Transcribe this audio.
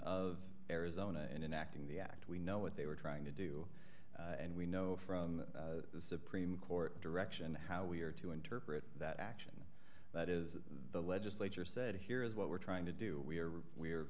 of arizona in an act in the act we know what they were trying to do and we know from the supreme court direction how we are to interpret that action that is the legislature said here is what we're trying to do we are we